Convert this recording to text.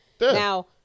Now